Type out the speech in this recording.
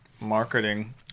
marketing